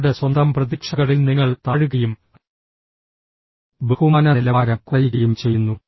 നിങ്ങളുടെ സ്വന്തം പ്രതീക്ഷകളിൽ നിങ്ങൾ താഴുകയും ബഹുമാന നിലവാരം കുറയുകയും ചെയ്യുന്നു